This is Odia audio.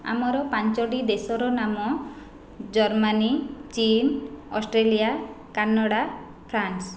ଆମର ପାଞ୍ଚୋଟି ଦେଶର ନାମ ଜର୍ମାନୀ ଚିନ୍ ଅଷ୍ଟ୍ରେଲିଆ କାନାଡ଼ା ଫ୍ରାନ୍ସ